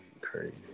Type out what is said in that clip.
crazy